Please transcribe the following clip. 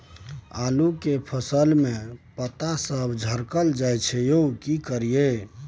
आलू के फसल में पता सब झरकल जाय छै यो की करियैई?